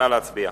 נא להצביע.